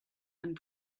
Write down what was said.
and